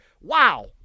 Wow